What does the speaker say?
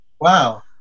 wow